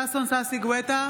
ששון ששי גואטה,